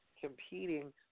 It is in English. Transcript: competing